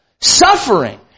Suffering